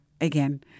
again